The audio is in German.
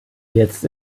jetzt